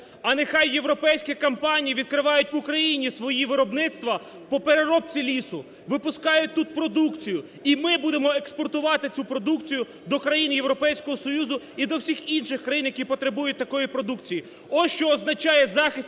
А нехай європейські компанії відкривають в Україні свої виробництва по переробці лісу, випускають тут продукцію і ми будемо експортувати цю продукцію до країн Європейського Союзу і до всіх інших країн, які потребують такої продукції. Ось, що означає захист